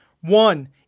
One